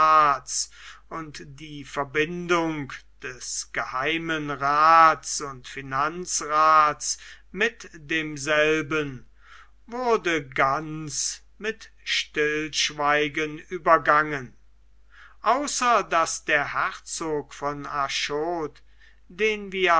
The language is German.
und die verbindung des geheimen raths und finanzraths mit demselben wurde ganz mit stillschweigen übergangen außer daß der herzog von arschot den wir